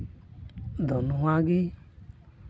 ᱛᱚ ᱱᱚᱣᱟ ᱜᱮ